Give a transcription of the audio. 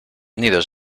nidos